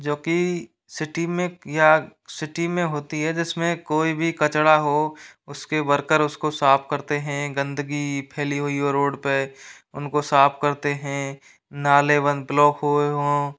जो कि सिटी में या सिटी में होती है जिसमें कोई भी कचरा हो उसके वर्कर उसको साफ करते है गंदगी फैली हुई हो रोड पर उनको साफ करते है नाले बन ब्लॉक हुये हो